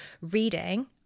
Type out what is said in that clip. reading